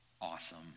awesome